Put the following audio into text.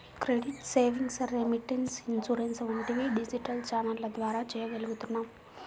credit, savings, remittance, insurance వంటివి digital ఛానెల్ల ద్వారా చెయ్యగలుగుతున్నాం